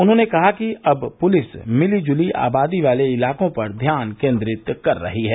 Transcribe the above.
उन्होंने कहा कि अब पुलिस मिली जुली आबादी वाले इलाकों पर ध्यान केन्द्रित कर रही है